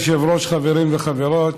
אדוני היושב-ראש, חברים וחברות,